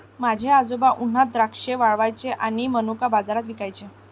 माझे आजोबा उन्हात द्राक्षे वाळवायचे आणि मनुका बाजारात विकायचे